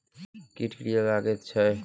कीट किये लगैत छै?